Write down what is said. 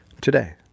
today